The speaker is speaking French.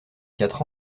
quatre